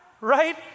Right